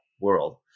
world